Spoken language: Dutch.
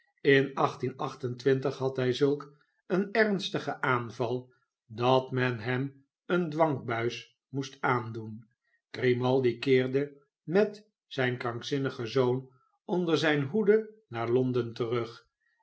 in had hij zulk een ernstigen aanval dat men hem een dwangbuismoestaandoen grimaldi keerde met zijn krankzinnigen zoon onder zijne hoede naar londen terug